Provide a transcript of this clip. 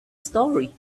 story